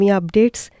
updates